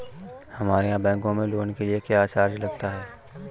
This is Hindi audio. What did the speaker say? हमारे यहाँ बैंकों में लोन के लिए क्या चार्ज लगता है?